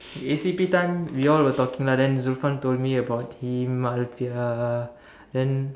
E_C_P time we all were talking lah then Zulfan told me about him Alfiah then